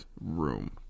room